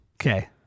Okay